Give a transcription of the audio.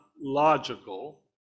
logical